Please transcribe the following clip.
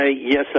Yes